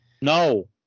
No